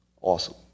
Awesome